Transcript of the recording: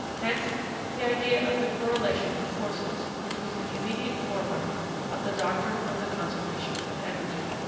hence the idea of the correlation of forces which was the immediate forerunner of the doctrine of the conservation of energy.